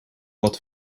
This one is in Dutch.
wat